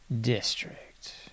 district